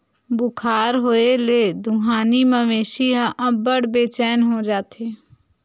बुखार होए ले दुहानी मवेशी ह अब्बड़ बेचैन हो जाथे